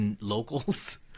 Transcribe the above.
locals